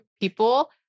people